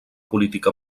política